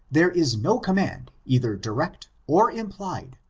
there is no command either direct or implied,